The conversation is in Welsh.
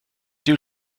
dyw